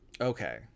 Okay